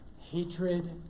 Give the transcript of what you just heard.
hatred